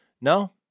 No